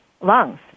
Lungs